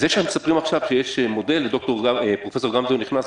זה שמספרים עכשיו שיש מודל ופרופ' גמזו נכנס,